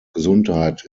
gesundheit